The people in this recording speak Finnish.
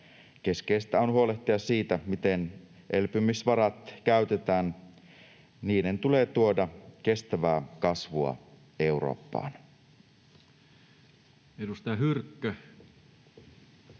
Keskeistä on huolehtia siitä, miten elpymisvarat käytetään. Niiden tulee tuoda kestävää kasvua Eurooppaan. Kiitokset! Edustaja Hyrkkö